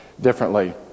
differently